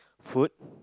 food